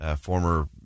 Former